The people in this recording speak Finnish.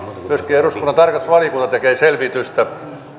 myöskin eduskunnan tarkastusvaliokunta tekee selvitystä